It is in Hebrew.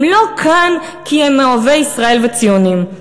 הם לא כאן כי הם אוהבי ישראל וציונים,